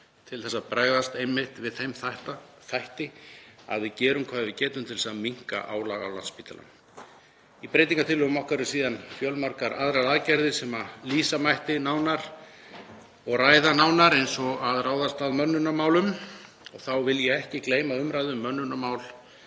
til að bregðast einmitt við þeim þætti, að við gerum hvað við getum til að minnka álag á Landspítala. Í breytingartillögum okkar eru síðan fjölmargar aðrar aðgerðir sem lýsa mætti nánar og ræða nánar, eins og að ráðast að mönnunarmálum. Þá vil ég ekki gleyma umræðu um mönnunarmál